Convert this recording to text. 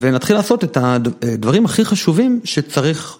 ונתחיל לעשות את הדברים הכי חשובים שצריך.